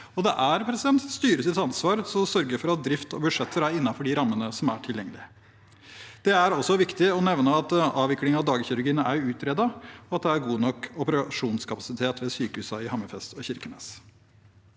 det er styrets ansvar å sørge for at drift og budsjetter er innenfor de rammene som er tilgjengelig. Det er også viktig å nevne at avvikling av dagkirurgi er utredet, og at det er god nok operasjonskapasitet ved sykehusene i Hammerfest og Kirkenes.